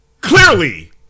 clearly